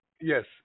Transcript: Yes